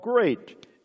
great